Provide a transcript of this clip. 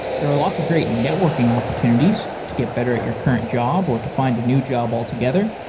there're a lot of great networking opportunities to get better at your current job or to find a new job altogether.